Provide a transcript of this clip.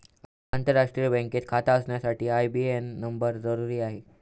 आंतरराष्ट्रीय बँकेत खाता असण्यासाठी आई.बी.ए.एन नंबर जरुरी आहे